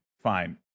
fine